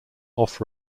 off